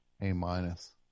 A-minus